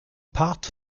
part